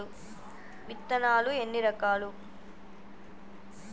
విత్తనాలు ఎన్ని రకాలు?